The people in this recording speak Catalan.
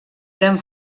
eren